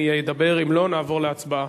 אם יהיה, ידבר, אם לא, נעבור להצבעה.